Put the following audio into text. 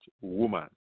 woman